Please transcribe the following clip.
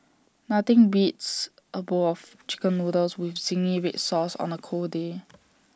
nothing beats A bowl of Chicken Noodles with Zingy Red Sauce on A cold day